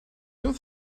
oedd